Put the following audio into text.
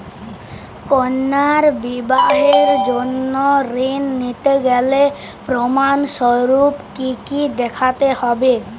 কন্যার বিবাহের জন্য ঋণ নিতে গেলে প্রমাণ স্বরূপ কী কী দেখাতে হবে?